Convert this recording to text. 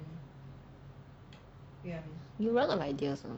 you'll run out of ideas also